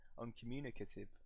uncommunicative